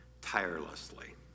tirelessly